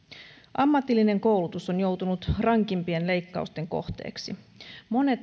ammatillinen koulutus on joutunut rankimpien leikkausten kohteeksi monet